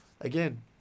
again